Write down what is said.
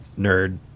nerd